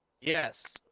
yes